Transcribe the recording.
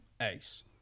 Ace